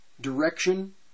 direction